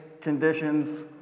conditions